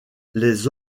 les